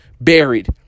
buried